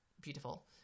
beautiful